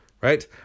Right